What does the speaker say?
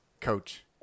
coach